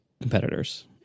competitors